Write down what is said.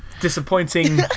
disappointing